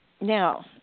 Now